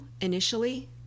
initially